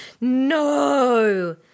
No